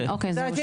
נכון, נכון.